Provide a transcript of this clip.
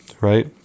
right